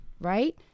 right